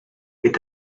est